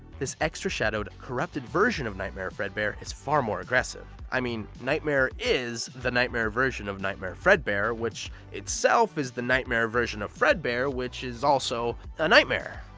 this extra-shadowed, corrupted version of nightmare fredbear is far more aggressive. i mean, nightmare is the nightmare version of nightmare fredbear, which itself is the nightmare version of fredbear, which is also a nightmare.